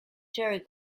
jerry